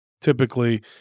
Typically